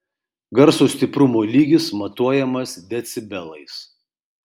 garso stiprumo lygis matuojamas decibelais